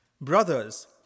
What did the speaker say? Brothers